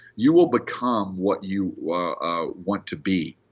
you will become what you want ah want to be,